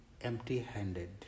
empty-handed